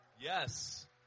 yes